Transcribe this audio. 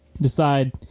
decide